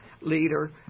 leader